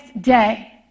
day